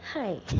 Hi